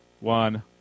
one